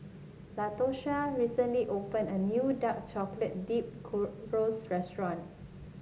Latosha recently opened a new Dark Chocolate Dip Churros restaurant